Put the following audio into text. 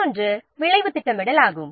மற்றொரு விளைவு திட்டமிடல் ஆகும்